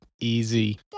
easy